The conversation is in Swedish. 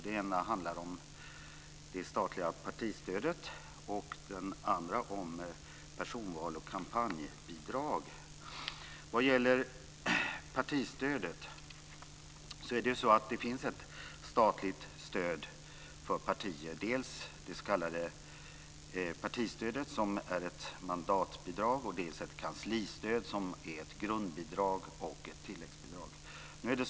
Den ena handlar om det statliga partistödet och den andra om personval och kampanjbidrag. Vad gäller partistödet finns det ju ett statligt stöd för partier. Det är dels det s.k. partistödet, som är ett mandatbidrag, dels ett kanslistöd som är ett grundbidrag och ett tilläggsbidrag.